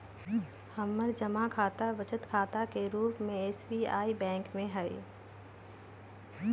हमर जमा खता बचत खता के रूप में एस.बी.आई बैंक में हइ